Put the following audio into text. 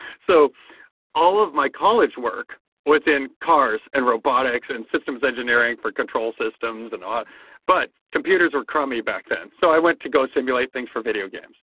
so all of my college work within cars and robotics and systems engineering for control systems, and but computers are crummy back then. so i went to go simulate things for video games.